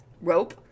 rope